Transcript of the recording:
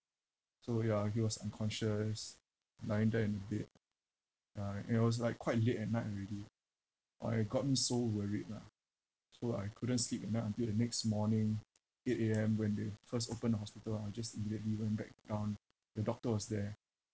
so ya he was unconscious lying there in the bed uh and it was like quite late at night already I gotten so worried lah so I couldn't sleep at night until the next morning eight A_M when they first opened the hospital ah I just immediately went back down the doctor was there